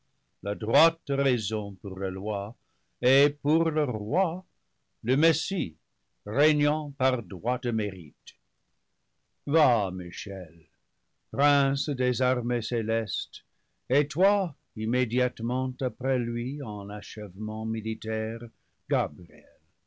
la droite raison pour leur loi et pour leur roi le messie régnant par droit de mérite va michel prince des armées célestes et toi immédiate ment après lui en achèvements militaires gabriel